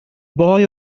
boy